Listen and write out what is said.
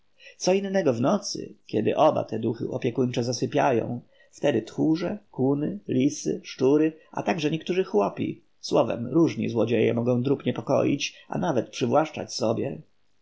co innego w nocy kiedy oba te duchy opiekuńcze zasypiają wtedy tchórze kuny lisy szczury a także niektórzy chłopi słowem różni złodzieje mogą drób niepokoić a nawet przywłaszczać sobie